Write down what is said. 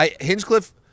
Hinchcliffe